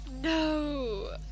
No